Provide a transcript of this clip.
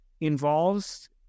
involves